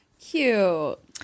Cute